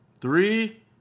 three